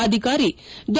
ಅಧಿಕಾರಿ ಡಾ